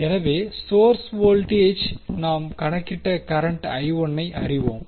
எனவே source voltage நாம் கணக்கிட்ட கரண்ட் ஐ அறிவோம்